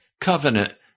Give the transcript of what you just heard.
covenant